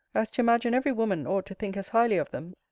as to imagine every woman ought to think as highly of them,